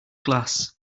glass